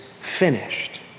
finished